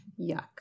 Yuck